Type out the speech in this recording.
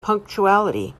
punctuality